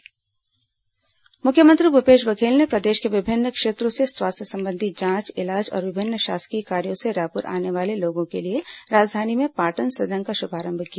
मुख्यमंत्री पाटन सदन मुख्यमंत्री भूपेश बघेल ने प्रदेश के विभिन्न क्षेत्रों से स्वास्थ्य संबंधी जांच इलाज और विभिन्न शासकीय कार्यो से रायपुर आने वाले लोगों के लिए राजधानी में पाटन सदन का शुभारंभ किया